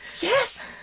Yes